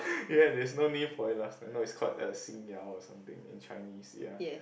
ya there's no name for it last time now it's called uh 新谣:Xin Yao or something in Chinese ya